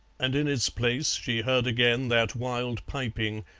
and in its place she heard again that wild piping,